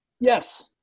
yes